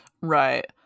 Right